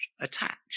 attached